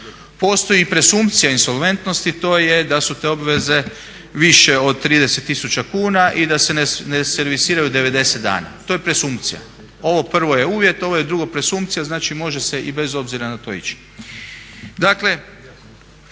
Postoji i presumpcija insolventnosti to je da su te obveze više od 30 tisuća kuna i da se ne servisiraju 90 dana. To je presumpcija. Ovo prvo je uvjet, ovo drugo je presumpcija. Znači može se i bez obzira na to ići.